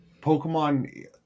Pokemon